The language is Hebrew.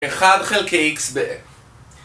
אחד חלקי איקס ב...